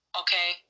okay